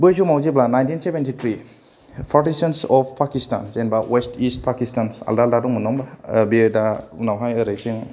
बै समाव जेब्ला nineteen seventy three partitions of पाकिस्त जेनबा अइस्थ इस्थ पाकिस्तान आलदा आलदा दङमोन नङा होनबा आरो बे दा उनावहाय ओरैजों